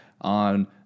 on